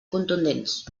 contundents